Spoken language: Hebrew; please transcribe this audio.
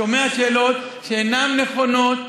שומע שאלות שאינן נכונות,